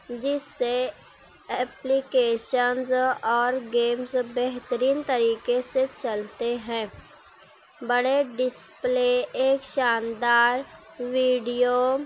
جس سے ایپلکیشنز اور گیمز بہترین طریقے سے چلتے ہیں بڑے ڈسپلے ایک شاندار ویڈیو